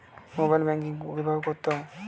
Mobile banking কীভাবে করতে হয়?